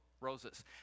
roses